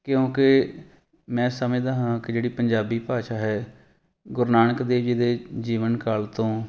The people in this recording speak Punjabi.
ਕਿਉਂਕਿ ਮੈਂ ਸਮਝਦਾ ਹਾਂ ਕਿ ਜਿਹੜੀ ਪੰਜਾਬੀ ਭਾਸ਼ਾ ਹੈ ਗੁਰੂ ਨਾਨਕ ਦੇਵ ਜੀ ਦੇ ਜੀਵਨ ਕਾਲ ਤੋਂ